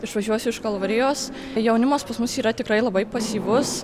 išvažiuosiu iš kalvarijos jaunimas pas mus yra tikrai labai pasyvus